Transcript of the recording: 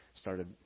started